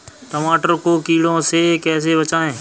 टमाटर को कीड़ों से कैसे बचाएँ?